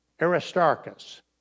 Aristarchus